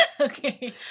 Okay